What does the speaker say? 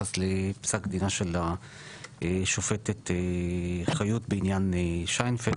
ביחס לפסק דינה של השופטת חיות בעניין שיינפלד,